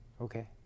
Okay